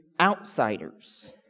outsiders